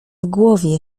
głowie